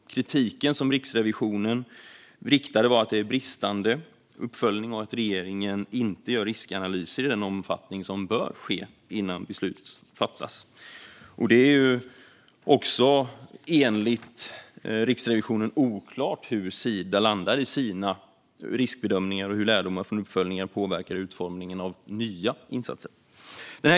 Kritiken som Riksrevisionen riktade gällde bristande uppföljning och att regeringen inte gör riskanalyser i den omfattning som bör ske innan beslut fattas. Det är också enligt Riksrevisionen oklart hur Sida landar i sina riskbedömningar och hur lärdomar från uppföljningar påverkar utformningen av nya insatser.